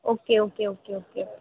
okay okay okay okay